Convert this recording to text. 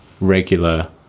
regular